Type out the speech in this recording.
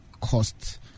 cost